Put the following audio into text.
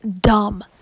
dumb